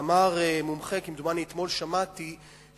אמר מומחה, כמדומני אתמול, שבממוצע,